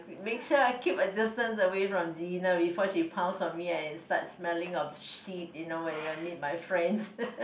make sure I keep a distance away from Zyan before she pounce on me and I start smelling of shit you know when I meet my friends